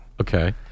Okay